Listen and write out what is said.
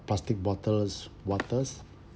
plastic bottles water